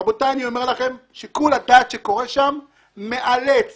רבותיי, אני אומר לכם, שיקול הדעת שקורה שם מאלץ